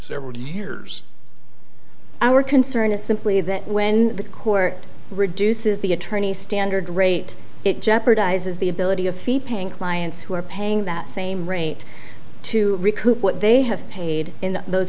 several years our concern is simply that when the court reduces the attorney's standard rate it jeopardizes the ability of fee paying clients who are paying that same rate to recoup what they have paid in those